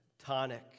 tonic